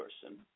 person